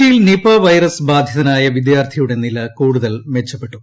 കൊച്ചിയിൽ Nipah virus ബാധിത്നായ വിദ്യാർത്ഥിയുടെ നില കൂടുതൽ ട്രിമച്ച്പ്പെട്ടു